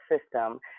system